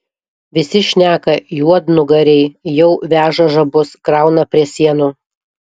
visi šneka juodnugariai jau veža žabus krauna prie sienų